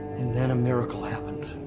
and then, a miracle happened.